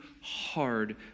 hard